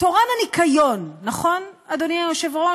תורן הניקיון, נכון, אדוני היושב-ראש?